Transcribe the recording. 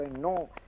no